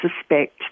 suspect